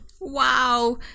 Wow